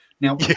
Now